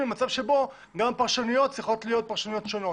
למצב שבו גם הפרשנויות צריכות להיות פרשנויות שונות.